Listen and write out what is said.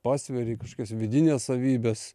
pasveri kažkokias vidines savybes